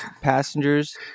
passengers